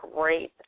great